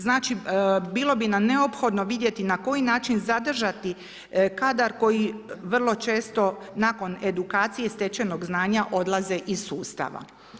Znači, bilo bi nam neophodno vidjeti na koji način zadržati kadar koji vrlo često nakon edukacije i stečenog znanja odlaze iz sustava.